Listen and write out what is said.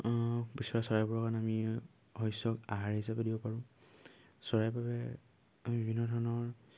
বিচৰা চৰাইবোৰৰ কাৰণে আমি শস্য আহাৰ হিচাপে দিব পাৰোঁ চৰাইৰ বাবে বিভিন্ন ধৰণৰ